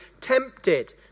tempted